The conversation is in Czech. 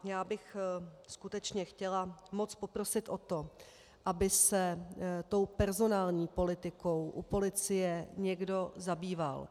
Já bych skutečně chtěla moc poprosit o to, aby se personální politikou u policie někdo zabýval.